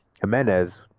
Jimenez